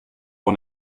und